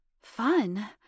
Fun